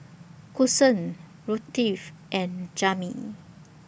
Kason Ruthie and Jamey